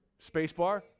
Spacebar